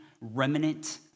remnant